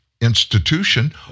institution